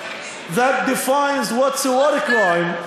that defined what's a war crime,